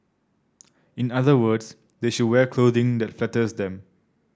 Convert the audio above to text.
in other words they should wear clothing that flatters them